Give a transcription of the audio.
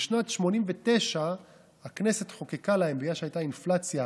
בשנת 1989 הכנסת חוקקה להם, בגלל שהייתה אינפלציה,